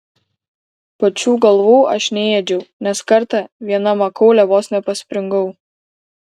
pačių galvų aš neėdžiau nes kartą viena makaule vos nepaspringau